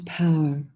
power